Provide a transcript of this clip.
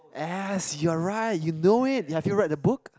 yes you're right you know it have you read the book